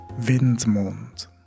Windmond